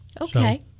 Okay